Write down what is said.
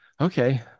Okay